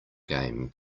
game